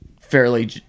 fairly